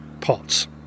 pots